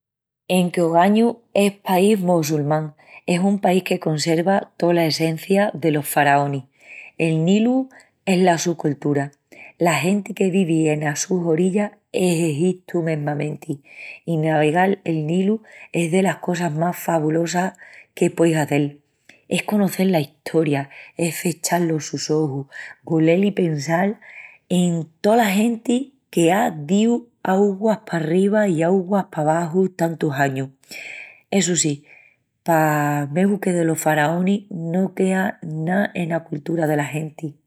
Enque ogañu es país mossulmán, es un país que conserva tola essencia delos faraonis. El Nilu es la su coltura. La genti que vivi enas sus orillas es Egitu mesmamenti. I navegal el Nilu es delas cosas más fabulosas que pueis hazel. Es conocel la estoria, es fechal los ojus, golel i pensal en tola genti que á díu auguas parriba i auguas pabaxu tantus añus. Essu sí, pa megu que delos faraonis no quea ná ena coltura dela genti.